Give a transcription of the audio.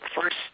first